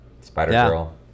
Spider-girl